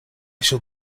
shall